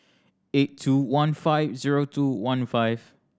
eight two one five zero two one five